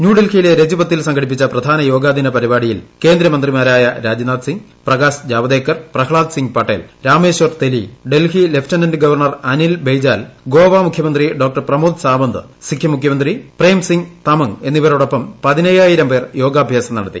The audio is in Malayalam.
ന്യൂഡൽഹിയിലെ രജ്പത്തിൽ സംഘടിപ്പിച്ച പ്രധാന യോഗാ ദിന പരിപാടിയിൽ കേന്ദ്ര മന്ത്രി മാരായ രാജ്നാഥ് സിംഗ് പ്രകാശ് ജാവേഡ്കർ പ്രളാദ് സിംഗ് പട്ടേൽ രാമേശ്വർ തെലി ഡൽഹി ലഫ്റ്റഇന്റ് ഗവർണർ അനിൽ ബെയ്ജാൽ ഗോവ മുഖ്യമന്ത്രി ഡോ ്ഷ്മോദ് സാവന്ത് സിക്കിം മുഖ്യമന്ത്രി പ്രേം സിംഗ് തമംഗ് എന്നീവ്രോടൊപ്പം പതിനയ്യായിരം പേർ യോഗാഭ്യാസം നടത്തി